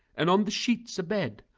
and on the sheets abed,